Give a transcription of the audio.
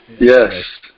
Yes